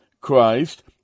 Christ